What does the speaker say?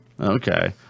Okay